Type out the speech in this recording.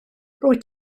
rwyt